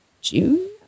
June